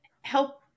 help